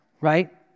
Right